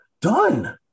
Done